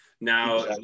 Now